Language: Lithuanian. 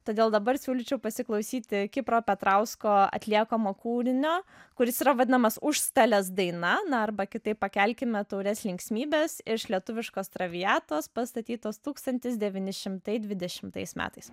todėl dabar siūlyčiau pasiklausyti kipro petrausko atliekamo kūrinio kuris yra vadinamas užstalės daina na arba kitaip pakelkime taures linksmybės iš lietuviškos traviatos pastatytos tūkstantis devyni šimtai dvidešimtais metais